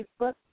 Facebook